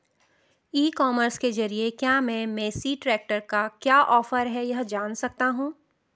E commerce के ज़रिए क्या मैं मेसी ट्रैक्टर का क्या ऑफर है जान सकता हूँ?